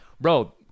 Bro